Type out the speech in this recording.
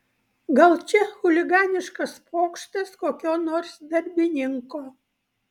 gal čia chuliganiškas pokštas kokio nors darbininko